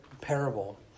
parable